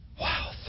wow